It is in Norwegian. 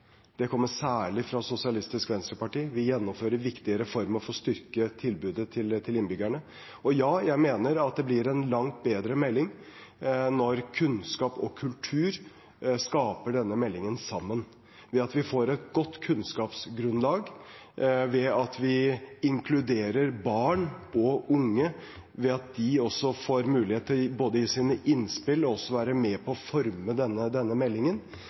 Det kommer særlig fra Sosialistisk Venstreparti. Vi gjennomfører viktige reformer for å styrke tilbudet til innbyggerne. Ja, jeg mener det blir en langt bedre melding når kunnskap og kultur skaper denne meldingen sammen – ved at vi får et godt kunnskapsgrunnlag, ved at vi inkluderer barn og unge, ved at de også får mulighet til å gi sine innspill og være med på å forme denne meldingen.